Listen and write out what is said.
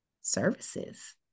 services